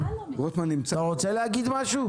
אתה רוצה להגיד משהו?